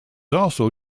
also